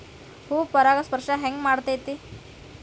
ಹೂ ಪರಾಗಸ್ಪರ್ಶ ಹೆಂಗ್ ಮಾಡ್ತೆತಿ?